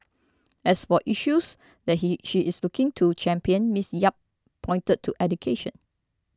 as for issues that he she is looking to champion Miss Yap pointed to education